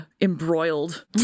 embroiled